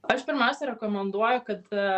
aš pirmiausia rekomenduoju kad